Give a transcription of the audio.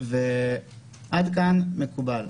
עד כאן מקובל.